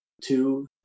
two